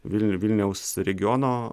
vilniuj vilniaus regiono